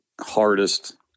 hardest